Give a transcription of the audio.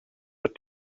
what